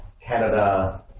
Canada